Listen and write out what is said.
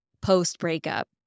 post-breakup